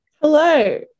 Hello